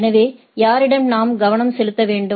எனவே யாரிடம் நாம் கவனம் செலுத்த வேண்டும்